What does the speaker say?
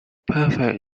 perfect